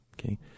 Okay